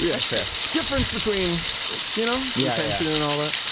yeah that's fair. difference between you know, yeah intention and all that.